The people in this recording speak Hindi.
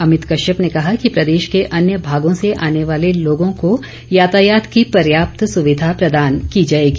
अभित कश्यप ने कहा कि प्रदेश के अन्य भागों से आने वाले लोगों को यातायात की पर्याप्त सुविधा प्रदान की जाएगी